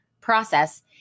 process